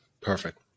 Perfect